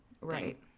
Right